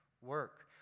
work